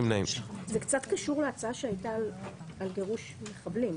קביעת ועדות לדיון בהצעות חוק הבאות: